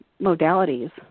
modalities